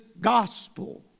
gospel